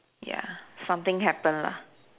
ya something happen lah